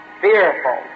fearful